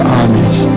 armies